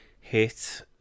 hit